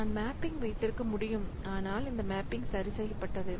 நான் மேப்பிங் வைத்திருக்க முடியும் ஆனால் இந்த மேப்பிங் சரி செய்யப்பட்டது